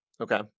Okay